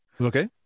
Okay